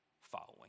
following